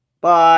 Bye